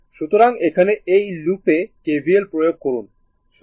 সুতরাং এখানে এই লুপে KVL প্রয়োগ করুন